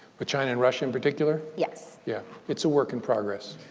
with china and russia in particular? yes. yeah, it's a work in progress.